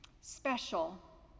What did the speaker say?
special